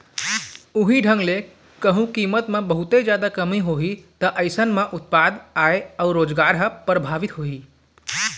उहीं ढंग ले कहूँ कीमत म बहुते जादा कमी होही ता अइसन म उत्पादन, आय अउ रोजगार ह परभाबित होही